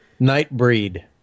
Nightbreed